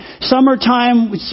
Summertime